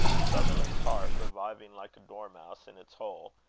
sutherland's heart, reviving like a dormouse in its hole,